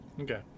Okay